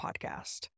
podcast